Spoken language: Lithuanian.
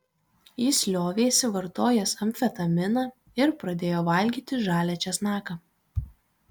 jis liovėsi vartojęs amfetaminą ir pradėjo valgyti žalią česnaką